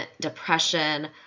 depression